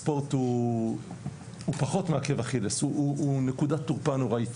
הספורט הוא פחות מעקב אכילס; הוא נקודת תורפה נוראית,